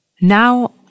Now